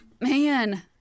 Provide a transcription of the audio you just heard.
Man